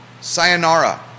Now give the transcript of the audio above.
sayonara